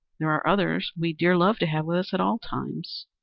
there are others we dear love to have with us at all times.